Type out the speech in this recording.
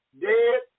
dead